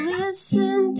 listen